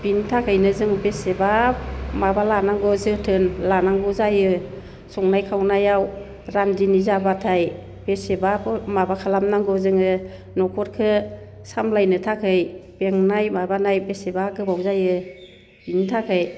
बिनि थाखायनो जों बेसेबा माबा लानांगौ जोथोन लानांगौ जायो संनाय खावनायाव रान्दिनि जाब्लाथाय बेसेबा माबा खालामनांगौ जोङो न'खरखो सामलायनो थाखाय बेंनाय माबानाय बेसेबा गोबाव जायो इनि थाखाय